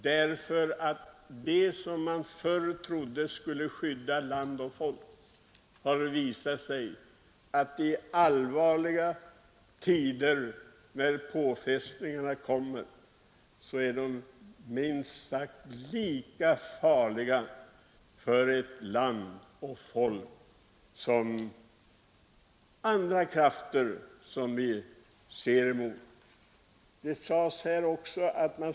Det som man förr trodde skulle skydda land och folk har nämligen i allvarliga tider, när påfrestningarna kommer, visat sig vara minst lika farligt för landet som de starka krafter vi tidigare fruktat.